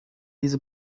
diese